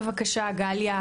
בבקשה גליה,